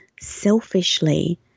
selfishly